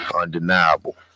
undeniable